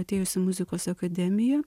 atėjus į muzikos akademiją